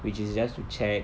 which is just to check